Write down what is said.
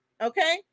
okay